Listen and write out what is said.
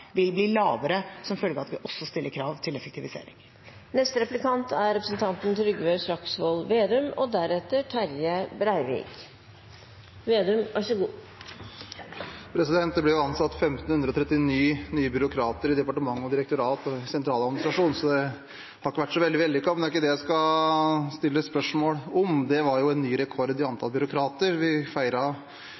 vil bli lavere som følge av at vi også stiller krav til effektivisering. Det ble ansatt 1 539 nye byråkrater i departement, direktorat og sentraladministrasjon, så det har ikke vært så veldig vellykket, men det er ikke det jeg skal stille spørsmål om. Det var ny rekord i antall byråkrater vi